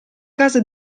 casa